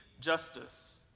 Justice